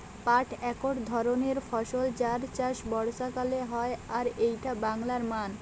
পাট একট ধরণের ফসল যার চাষ বর্ষাকালে হয় আর এইটা বাংলার মান